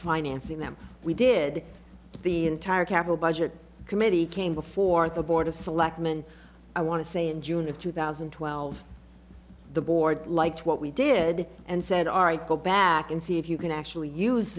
financing them we did the entire capital budget committee came before the board of selectmen i want to say in june of two thousand and twelve the board liked what we did and said all right go back and see if you can actually use